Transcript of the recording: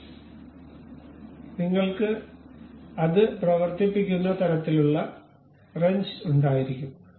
അതിനാൽ നിങ്ങൾക്ക് അത് പ്രവർത്തിപ്പിക്കുന്ന തരത്തിലുള്ള റെഞ്ച് ഉണ്ടായിരിക്കും